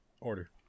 Order